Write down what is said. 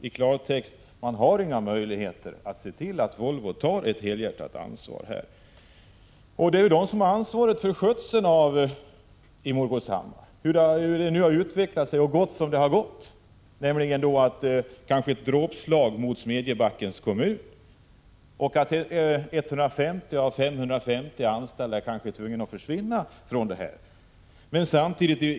I klartext betyder detta att man inte har några möjligheter att se till att Volvo tar ett helhjärtat ansvar i detta sammanhang. Det är ju Volvo som har ansvaret för skötseln av Centro-Morgårdshammar och för den utveckling som nu har ägt rum, vilken kan komma att innebära ett dråpslag mot Smedjebackens kommun. Av 550 anställda kommer kanske 150 att tvingas försvinna från företaget.